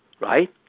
Right